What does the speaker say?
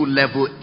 level